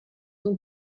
ont